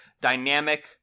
dynamic